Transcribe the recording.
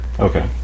Okay